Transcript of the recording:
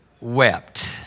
wept